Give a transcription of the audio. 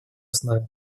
основе